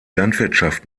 landwirtschaft